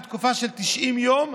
לתקופה של 90 יום,